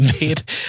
made